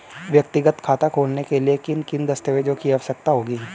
व्यक्तिगत खाता खोलने के लिए किन किन दस्तावेज़ों की आवश्यकता होगी?